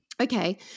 Okay